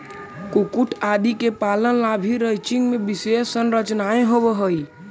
कुक्कुट आदि के पालन ला भी रैंचिंग में विशेष संरचनाएं होवअ हई